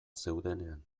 zeudenean